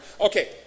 Okay